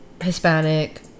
hispanic